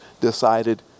decided